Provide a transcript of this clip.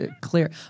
clear